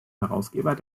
herausgeber